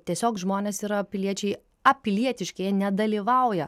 tiesiog žmonės yra piliečiai apilietiški jie nedalyvauja